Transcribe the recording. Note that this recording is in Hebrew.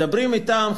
מדברים אתם,